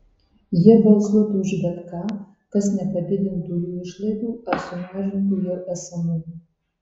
jie balsuotų už bet ką kas nepadidintų jų išlaidų ar sumažintų jau esamų